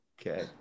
okay